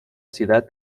ciudad